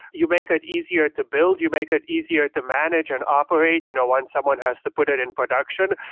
you make it easier to build, you make it easier to manage and operate you know when someone has to put it in production.